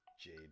Jade